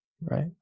Right